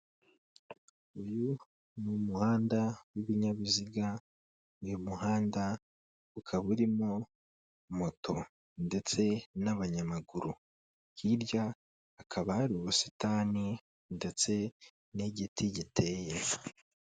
Uyu ni umuhanda w'ibinyabiziga, uyu muhanda ukaba urimo moto ndetse n'abanyamaguru, hirya hakaba hari ubusitani ndetse n'igiti giteye.